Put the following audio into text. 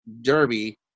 Derby